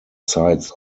sites